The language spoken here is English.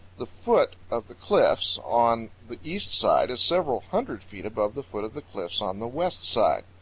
the foot of the cliffs on the east side is several hundred feet above the foot of the cliffs on the west side.